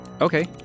Okay